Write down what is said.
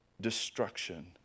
destruction